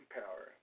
power